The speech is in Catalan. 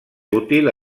útil